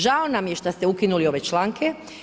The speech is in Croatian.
Žao nam je što ste ukinuli ove članke.